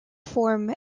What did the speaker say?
form